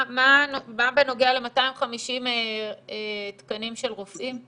מה לגבי ה-250 תקנים של רופאים?